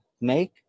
make